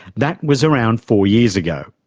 that was around four years ago.